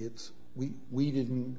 it's we we didn't